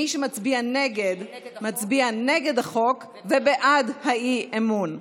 מי שמצביע נגד מצביע נגד החוק ובעד האי-אמון.